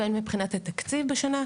והן מבחינת התקציב בשנה,